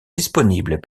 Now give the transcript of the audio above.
disponibles